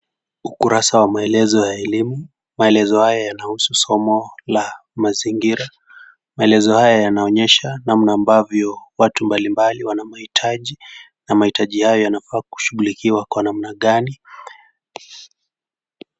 Ukurasa wa maelezo ya elimu. Maelezo haya yanahusu somo la mazingira. Maelezo haya yanaonyesha namna ambavyo watu mbali mbali wanamohitaji na mahitaji hayo yanafaa kushughulikiwa kwa namna gani.